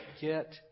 Get